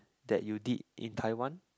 that you did in Taiwan